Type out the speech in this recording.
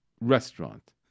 restaurant